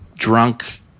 Drunk